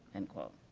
end quote.